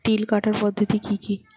তিল কাটার পদ্ধতি কি কি?